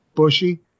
Bushy